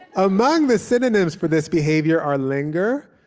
among the synonyms for this behavior are linger,